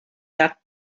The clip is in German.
sagt